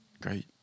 Great